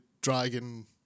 Dragon